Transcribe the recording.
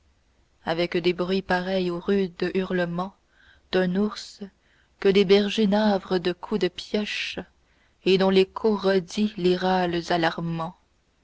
avec des bruits pareils aux rudes hurlements d'un ours que des bergers navrent de coups de pioches et dont l'écho redit les râles alarmants